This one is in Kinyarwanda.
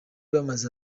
bamaze